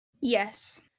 Yes